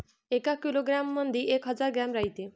एका किलोग्रॅम मंधी एक हजार ग्रॅम रायते